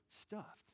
stuffed